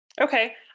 Okay